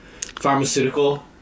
pharmaceutical